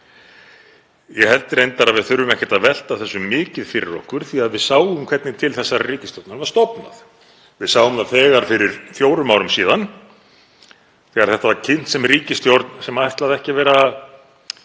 Ég held reyndar að við þurfum ekkert að velta þessu mikið fyrir okkur því að við sjáum hvernig til þessarar ríkisstjórnar var stofnað. Við sáum það fyrir fjórum árum þegar ríkisstjórnin var kynnt sem ríkisstjórn sem ætlaði ekki að vera